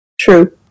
True